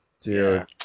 Dude